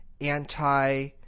anti-